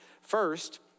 First